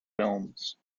films